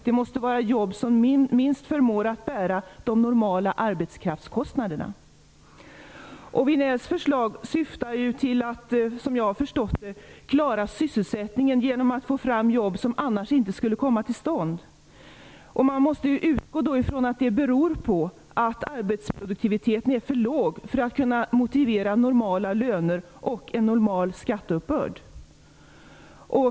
Det måste också vara jobb som minst förmår bära de normala arbetskraftskostnaderna. Lars Vinells förslag syftar såvitt jag förstår till att klara sysselsättningen genom att få fram jobb som annars inte skulle komma till stånd. Man måste då utgå från att det beror på att arbetsproduktiviteten är för låg för att kunna motivera normala löner och en normal skatteuppbörd.